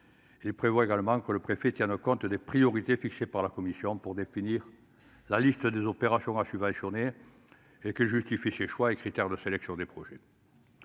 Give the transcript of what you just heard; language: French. cet article également, le préfet doit tenir compte des priorités fixées par la commission pour définir la liste des opérations à subventionner et justifier ses choix et les critères de sélection ou de rejet.